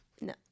No